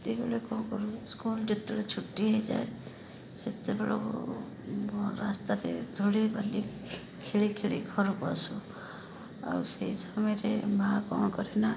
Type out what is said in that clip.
ସେତେବେଳେ କ'ଣ କରୁ ସ୍କୁଲ ଯେତେଳେ ଛୁଟି ହେଇଯାଏ ସେତେବେଳକୁ ରାସ୍ତାରେ ଧୂଳି ବାଲି ଖେଳି ଖେଳି ଘରକୁ ଆସୁ ଆଉ ସେଇ ସମୟରେ ମାଆ କ'ଣ କରେ ନା